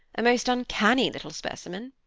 a most uncanny little specimen.